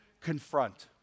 Confront